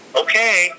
okay